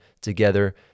together